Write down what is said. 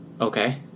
Okay